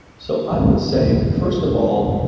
so i would say, first of all,